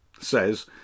says